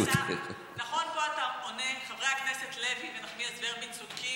נכון פה אתה עונה: חברי הכנסת לוי ונחמיאס-ורבין צודקים,